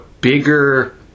bigger